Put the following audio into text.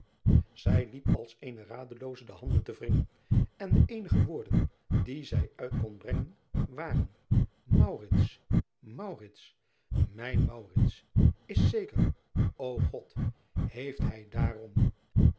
ij liep als eene radelooze de handen te wringen en de eenige woorden die zij uit kon brengen waren mijn is zeker o od heeft hij daarom